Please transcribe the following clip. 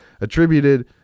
attributed